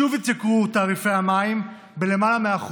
שוב התייקרו תעריפי המים בלמעלה מ-1%,